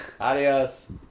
adios